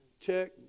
check